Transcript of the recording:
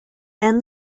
and